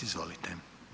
Izvolite.